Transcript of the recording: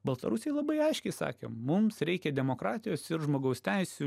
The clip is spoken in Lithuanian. baltarusiai labai aiškiai sakė mums reikia demokratijos ir žmogaus teisių